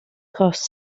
cost